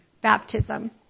baptism